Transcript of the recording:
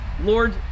Lord